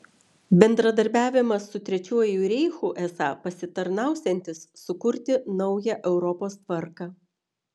bendradarbiavimas su trečiuoju reichu esą pasitarnausiantis sukurti naują europos tvarką